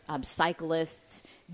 cyclists